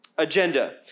agenda